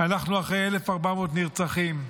אנחנו אחרי 1,400 נרצחים,